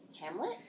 Hamlet